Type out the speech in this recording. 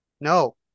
No